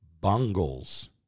bungles